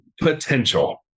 potential